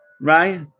right